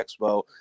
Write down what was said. Expo